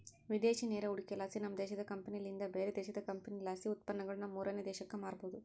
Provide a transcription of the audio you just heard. ವಿದೇಶಿ ನೇರ ಹೂಡಿಕೆಲಾಸಿ, ನಮ್ಮ ದೇಶದ ಕಂಪನಿಲಿಂದ ಬ್ಯಾರೆ ದೇಶದ ಕಂಪನಿಲಾಸಿ ಉತ್ಪನ್ನಗುಳನ್ನ ಮೂರನೇ ದೇಶಕ್ಕ ಮಾರಬೊದು